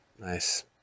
nice